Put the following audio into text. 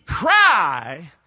cry